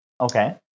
Okay